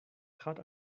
trat